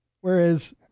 whereas